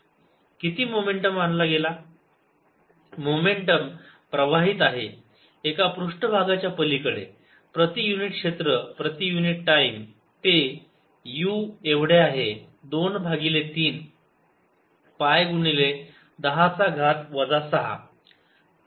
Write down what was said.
Areaπr210 6π m2Power20 mW2×10 2 W S2×10 210 62×104Js m2 uSc2×104π×3×10823π10 6Jm2 momentum प्रवाहित आहे एका पृष्ठभागाच्या पलीकडे प्रति युनिट क्षेत्र प्रति युनिट टाईम ते u एवढे आहे 2 भागिले 3 पाय गुणिले 10 चा घात वजा 6